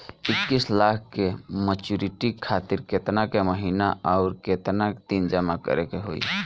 इक्कीस लाख के मचुरिती खातिर केतना के महीना आउरकेतना दिन जमा करे के होई?